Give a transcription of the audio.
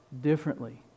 differently